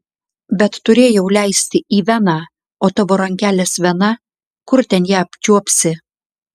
bet turėjau leisti į veną o tavo rankelės vena kur ten ją apčiuopsi